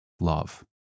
love